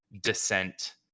descent